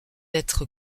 être